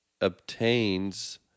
obtains